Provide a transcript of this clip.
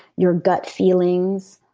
your gut feelings,